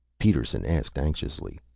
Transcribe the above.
peterson asked anxiously.